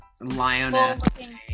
lioness